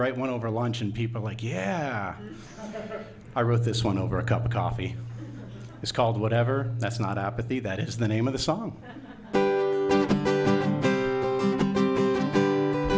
write one over lunch and people like yeah i wrote this one over a cup of coffee it's called whatever that's not up at the that is the name of the song